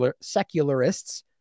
secularists